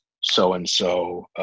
so-and-so